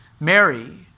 Mary